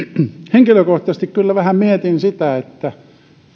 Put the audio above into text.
henkilökohtaisesti kyllä vähän mietin sitä että